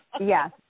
Yes